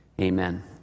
amen